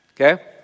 okay